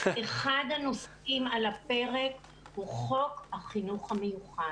אחד הנושאים על הפרק הוא חוק החינוך המיוחד.